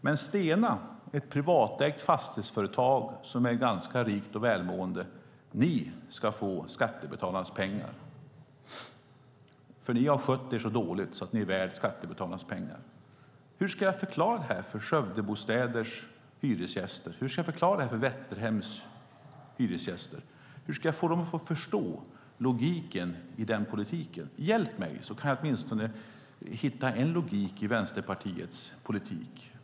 Men Stena, ett privatägt fastighetsföretag som är ganska rikt och välmående, ska få skattebetalarnas pengar, för de har skött sig så dåligt att de är värda skattebetalarnas pengar. Hur ska jag förklara det här för Skövdebostäders hyresgäster? Hur ska jag förklara det för Vätterhems hyresgäster? Hur ska jag få dem att förstå logiken i den politiken? Hjälp mig att åtminstone hitta en logik i Vänsterpartiets politik!